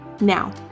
Now